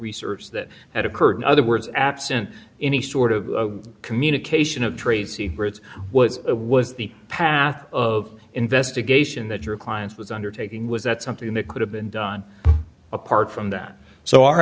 research that had occurred in other words absent any sort of communication of trade secrets what was the the path of investigation that your client was undertaking was that something that could have been done apart from that so our